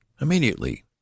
Immediately